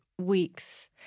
weeks